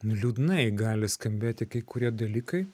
nu liūdnai gali skambėti kai kurie dalykai